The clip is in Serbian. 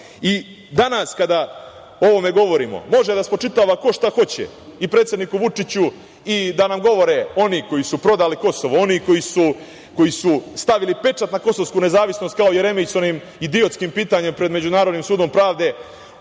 danas kada o ovome govorimo, može da spočitava šta ko hoće i predsedniku Vučiću i da nam govore oni koji su prodali Kosovo, oni koji su stavili pečat na kosovsku nezavisnost kao Jeremić sa onim idiotskim pitanjem pred Međunarodnim sudom pravde,